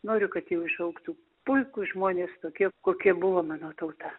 noriu kad jau išaugtų puikūs žmonės tokie kokie buvo mano tauta